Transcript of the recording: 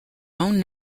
own